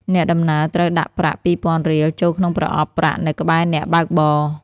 អ្នកដំណើរត្រូវដាក់ប្រាក់ ២០០០ រៀល ចូលក្នុងប្រអប់ប្រាក់នៅក្បែរអ្នកបើកបរ។